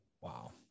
Wow